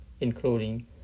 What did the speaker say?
including